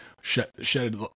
Shed